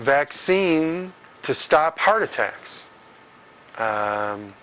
vaccine to stop heart attacks